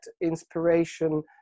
inspiration